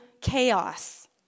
chaos